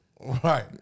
Right